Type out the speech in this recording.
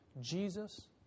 Jesus